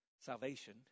salvation